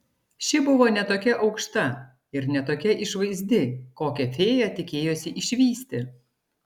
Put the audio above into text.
ši buvo ne tokia aukšta ir ne tokia išvaizdi kokią fėja tikėjosi išvysti